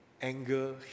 anger